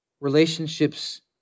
Relationships